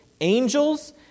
Angels